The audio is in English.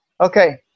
Okay